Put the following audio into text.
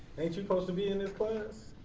ain't you suppose to be in this class?